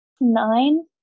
nine